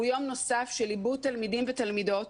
הוא יום נוסף של איבוד תלמידים ותלמידות.